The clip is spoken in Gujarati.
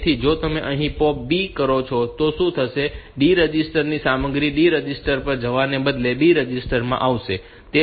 તેથી જો તમે અહીં POP B કરો છો તો શું થશે D રજિસ્ટર ની સામગ્રી D રજિસ્ટર પર જવાને બદલે B રજિસ્ટર માં આવશે